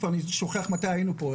אני כבר שכחתי מתי היינו פה,